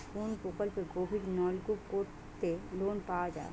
কোন প্রকল্পে গভির নলকুপ করতে লোন পাওয়া য়ায়?